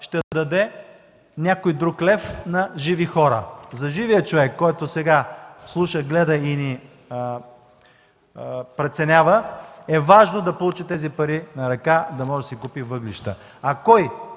ще даде някой друг лев на живи хора. За живия човек, който сега слуша, гледа и ни преценява, е важно да получи тези пари на ръка, за да може да си купи въглища. А кой